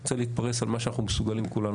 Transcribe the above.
אני רוצה להתפרס על מה שאנחנו מסוגלים כולנו